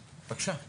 בכלל במינהל הבטיחות